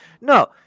No